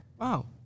Wow